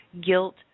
guilt